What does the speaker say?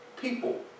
people